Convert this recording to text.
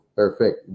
perfect